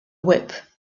whip